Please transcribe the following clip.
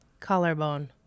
Collarbone